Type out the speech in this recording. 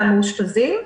מן המאושפזים.